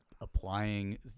applying